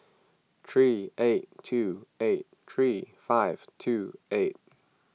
three eight two eight three five two eight